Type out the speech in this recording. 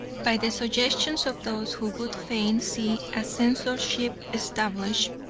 by the suggestions of those who would fain see a censorship established.